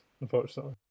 unfortunately